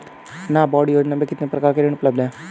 नाबार्ड योजना में कितने प्रकार के ऋण उपलब्ध हैं?